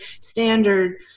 standard